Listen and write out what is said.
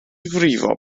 frifo